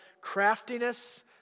craftiness